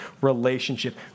relationship